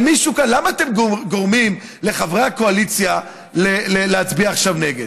למה אתם גורמים לחברי הקואליציה להצביע עכשיו נגד?